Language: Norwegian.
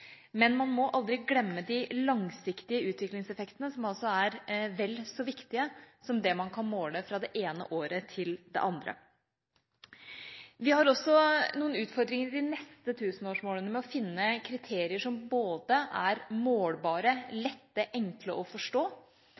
Men man må aldri glemme de langsiktige utviklingseffektene, som altså er vel så viktige som det man kan måle fra det ene året til det andre. Vi har også noen utfordringer med å nå de neste tusenårsmålene med hensyn til å finne kriterier som er både målbare og enkle å